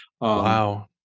Wow